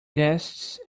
guests